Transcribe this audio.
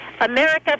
America